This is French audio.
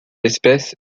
espèce